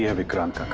yeah vikrant